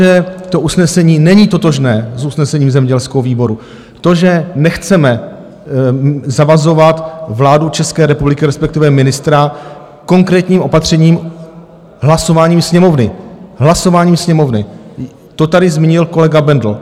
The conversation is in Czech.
To, že to usnesení není totožné s usnesením zemědělského výboru, to, že nechceme zavazovat vládu České republiky, respektive ministra, konkrétním opatřením, hlasováním Sněmovny, to tady zmínil kolega Bendl.